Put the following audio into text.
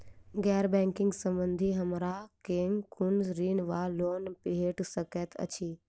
गैर बैंकिंग संबंधित हमरा केँ कुन ऋण वा लोन भेट सकैत अछि?